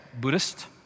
Buddhist